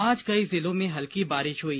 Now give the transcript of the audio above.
आज कई जिलों में हल्की बारिश हुई